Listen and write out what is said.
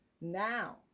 now